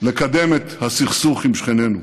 לקדם בסכסוך עם שכנינו.